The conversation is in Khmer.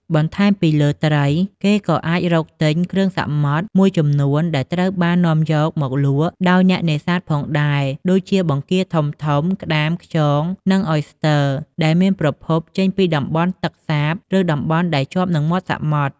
បន្ថែមពីលើត្រី គេក៏អាចរកឃើញ គ្រឿងសមុទ្រ មួយចំនួនដែលត្រូវបាននាំយកមកលក់ដោយអ្នកនេសាទផងដែរ ដូចជាបង្គាធំៗ ក្ដាម ខ្យង និងអយស្ទ័រ ដែលមានប្រភពចេញពីតំបន់ទឹកសាប ឬតំបន់ដែលជាប់នឹងមាត់សមុទ្រ។